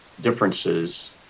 differences